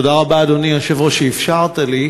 אדוני היושב-ראש, תודה רבה שאפשרת לי.